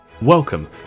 Welcome